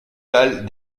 dalles